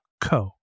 co